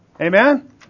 Amen